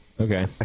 okay